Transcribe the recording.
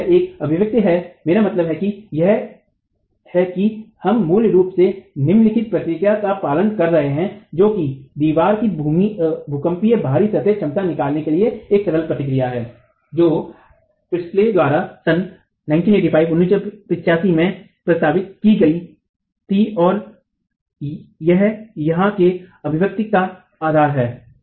तो यह एक अभिव्यक्ति है मेरा मतलब है कि यह है कि हम मूल रूप से निम्नलिखित प्रक्रिया का पालन कर रहे हैं जो दीवार की भूकंपीय बाहरी सतह क्षमता निकालने के लिए एक सरल प्रक्रिया है जो प्रिस्टले द्वारा सन 1985 में प्रस्तावित की गई थी तो यह यहाँ के अभिव्यक्ति का आधार है